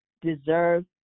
deserve